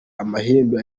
amahembe